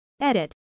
Edit